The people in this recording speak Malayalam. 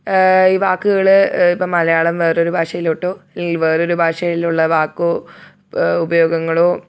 ഈ വാക്കുകള് ഇപ്പോള് മലയാളം വേറൊരു ഭാഷയിലോട്ടോ അല്ലെങ്കിൽ വേറൊരു ഭാഷയിലുള്ള വാക്കോ ഉപയോഗങ്ങളോ